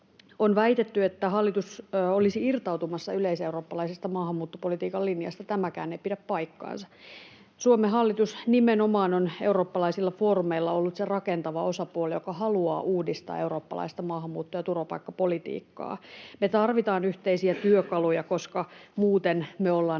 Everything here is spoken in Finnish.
On väitetty, että hallitus olisi irtautumassa yleiseurooppalaisesta maahanmuuttopolitiikan linjasta. Tämäkään ei pidä paikkaansa. Suomen hallitus nimenomaan on eurooppalaisilla foorumeilla ollut se rakentava osapuoli, joka haluaa uudistaa eurooppalaista maahanmuutto- ja turvapaikkapolitiikkaa. Me tarvitaan yhteisiä työkaluja, koska muuten me ollaan